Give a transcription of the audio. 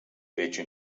derecho